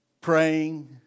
praying